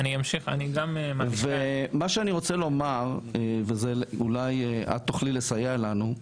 מה שאני רוצה לומר, זה אולי את תוכלי לסייע לנו.